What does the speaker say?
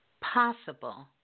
Possible